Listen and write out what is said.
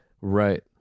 right